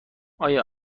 آیا